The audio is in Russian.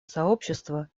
сообщества